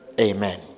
Amen